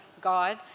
God